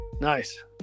Nice